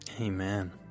Amen